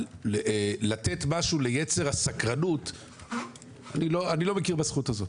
לתת משהו ליצר הסקרנות אני לא מכיר בזכות הזאת.